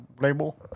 label